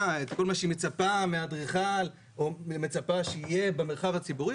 את כל מה שהיא מצפה שיהיה במרחב הציבורי,